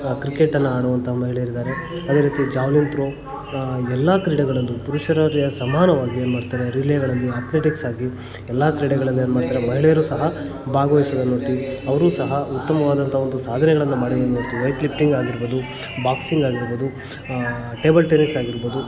ಕ್ರಿಕೆಟನ್ನು ಆಡುವಂಥ ಮಹಿಳೆಯರಿದಾರೆ ಅದೇ ರೀತಿ ಜಾವ್ಲಿನ್ ತ್ರೋ ಎಲ್ಲ ಕ್ರೀಡೆಗಳಲ್ಲು ಪುರುಷರರಿಗೆ ಸಮಾನವಾಗಿ ಏನ್ಮಾಡ್ತಾರೆ ರಿಲೇಗಳಲ್ಲಿ ಅತ್ಲೆಟಿಕ್ಸ್ ಆಗಿ ಎಲ್ಲ ಕ್ರೀಡೆಗಳಲ್ಲು ಏನ್ಮಾಡ್ತಾರೆ ಮಹಿಳೆಯರು ಸಹ ಭಾಗವಹಿಸುದನ್ನ ನೋಡ್ತಿವಿ ಅವರೂ ಸಹ ಉತ್ತಮವಾದಂಥ ಒಂದು ಸಾಧನೆಗಳನ್ನ ಮಾಡಿರೋದು ನೋಡ್ತಿವಿ ವೈಟ್ ಲಿಪ್ಟಿಂಗ್ ಆಗಿರ್ಬೊದು ಬಾಕ್ಸಿಂಗ್ ಆಗಿರ್ಬೊದು ಟೇಬಲ್ ಟೆನ್ನಿಸ್ ಆಗಿರ್ಬೊದು